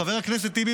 חבר הכנסת טיבי,